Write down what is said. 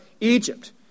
Egypt